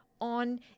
on